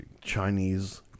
Chinese